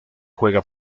juega